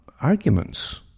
arguments